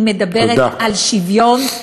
היא מדברת על שוויון,